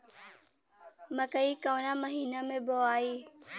मकई कवना महीना मे बोआइ?